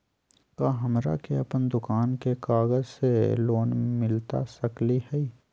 का हमरा के अपन दुकान के कागज से लोन मिलता सकली हई?